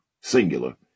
singular